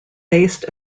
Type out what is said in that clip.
based